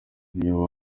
niyo